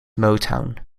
motown